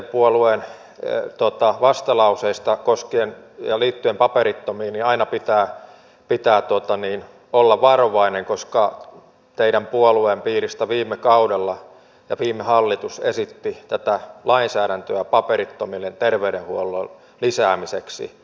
kun on kuitenkin kyse sdpn vastalauseesta liittyen paperittomiin niin aina pitää olla varovainen koska teidän puolueenne piiristä viime kaudella ja viime hallitus esitti tätä lainsäädäntöä paperittomille terveydenhuollon lisäämiseksi